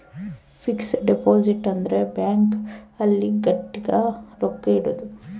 fix deposit ಅಂದ್ರ bank ಅಲ್ಲಿ ಗಟ್ಟಿಗ ರೊಕ್ಕ ಇಡೋದು